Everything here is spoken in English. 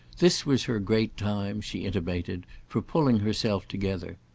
this was her great time, she intimated, for pulling herself together.